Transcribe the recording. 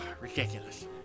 ...Ridiculous